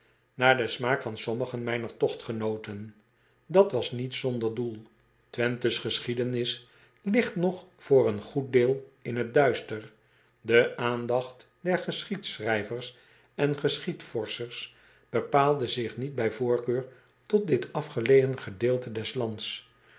naar den smaak van sommigen mijner togtgenooten at was niet zonder doel wenthes geschiedenis ligt nog voor een goed deel in het duister e aandacht der geschiedschrijvers en geschiedvorschers bepaalde zich niet bij voorkeur tot dit afgelegen gedeelte des lands